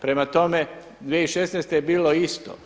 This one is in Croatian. Prema tome, 2016. je bilo isto.